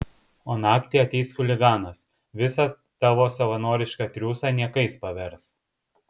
o naktį ateis chuliganas visą tavo savanorišką triūsą niekais pavers